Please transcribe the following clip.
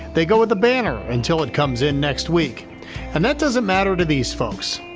they go with the banner until it comes in next week and that doesn't matter to these folks.